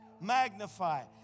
magnify